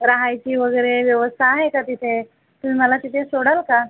राहायची वगैरे व्यवस्था आहे का तिथे तुम्ही मला तिथे सोडाल का